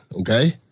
okay